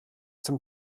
zum